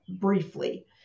briefly